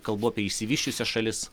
kalbu apie išsivysčiusias šalis